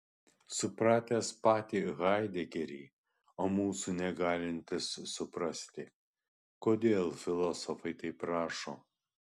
supratęs patį haidegerį o mūsų negalintis suprasti kodėl filosofai taip rašo